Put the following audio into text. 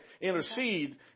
intercede